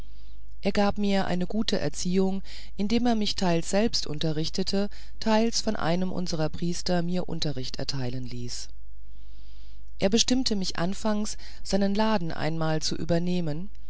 er gab mir eine gute erziehung indem er mich teils selbst unterrichtete teils von einem unserer priester mir unterricht geben ließ er bestimmte mich anfangs seinen laden einmal zu übernehmen